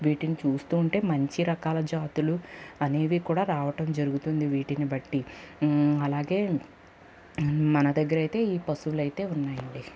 వీటిని చూస్తూ ఉంటే మంచి రకాల జాతులు అనేవి కూడా రావటం జరుగుతుంది వీటిని బట్టి అలాగే మన దగ్గరైతే ఈ పశువులు అయితే ఉన్నాయండి